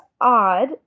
odd